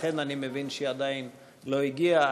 לכן אני מבין שהיא עדיין לא הגיעה,